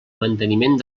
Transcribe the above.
manteniment